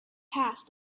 passed